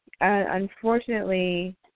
Unfortunately